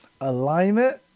alignment